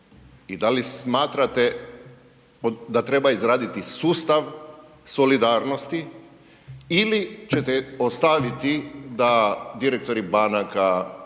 i da li smatrate da treba izraditi sustav solidarnosti ili ćete ostaviti da direktori banaka,